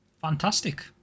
Fantastic